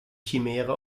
chimäre